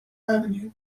avenue